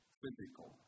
physical